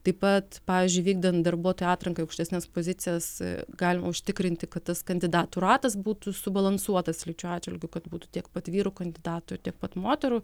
taip pat pavyzdžiui vykdant darbuotojų atranką į aukštesnes pozicijas galima užtikrinti kad tas kandidatų ratas būtų subalansuotas lyčių atžvilgiu kad būtų tiek pat vyrų kandidatų ir tiek pat moterų